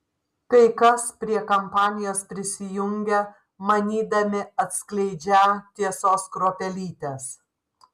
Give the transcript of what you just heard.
kai kas prie kampanijos prisijungia manydami atskleidžią tiesos kruopelytes